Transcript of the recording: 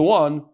one